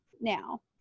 now